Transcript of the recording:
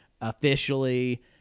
officially